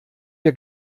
wir